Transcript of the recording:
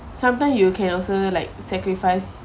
sometime you can also like sacrifice